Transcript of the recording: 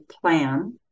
plan